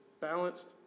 Balanced